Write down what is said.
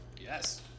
Yes